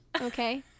okay